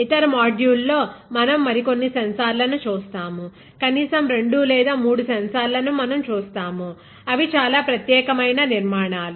ఇతర మాడ్యూళ్ళలో మనం మరికొన్ని సెన్సార్లను చూస్తాము కనీసం రెండు లేదా మూడు సెన్సార్లను మనం చూస్తాము అవి చాలా ప్రత్యేకమైన నిర్మాణాలు